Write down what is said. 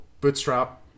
Bootstrap